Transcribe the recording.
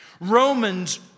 Romans